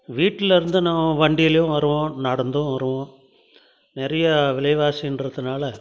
வீட்டில் இருந்து நம்ம வண்டிலேயும் வருவோம் நடந்தும் வருவோம் நிறையா விலைவாசின்றதுனால